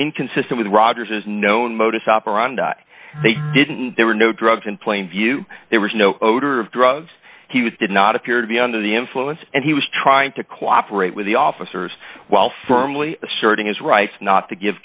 inconsistent with rogers known modus operandi they didn't there were no drugs in plain view there was no odor of drugs he was did not appear to be under the influence and he was trying to cooperate with the officers while firmly asserting his rights not to give